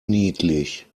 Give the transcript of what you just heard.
niedlich